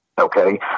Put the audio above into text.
Okay